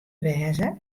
wêze